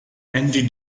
andy